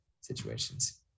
situations